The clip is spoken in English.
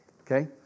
Okay